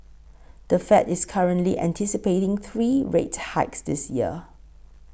the Fed is currently anticipating three rate hikes this year